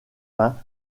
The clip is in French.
pain